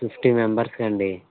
fifty మెంబర్స్కండి